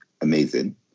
amazing